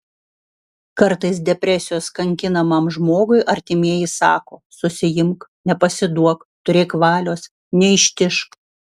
kartais depresijos kankinamam žmogui artimieji sako susiimk nepasiduok turėk valios neištižk